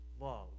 love